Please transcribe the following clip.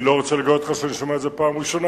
אני לא רוצה לגלות לך שאני שומע את זה פעם ראשונה,